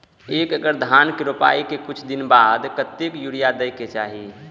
एक एकड़ धान के रोपाई के कुछ दिन बाद कतेक यूरिया दे के चाही?